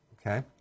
okay